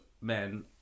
men